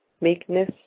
meekness